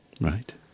Right